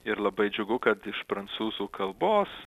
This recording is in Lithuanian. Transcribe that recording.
ir labai džiugu kad iš prancūzų kalbos